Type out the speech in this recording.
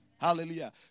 hallelujah